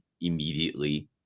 immediately